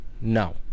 No